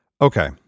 Okay